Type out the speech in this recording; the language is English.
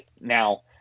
Now